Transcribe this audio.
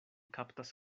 kaptas